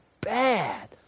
bad